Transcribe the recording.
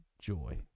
joy